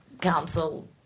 council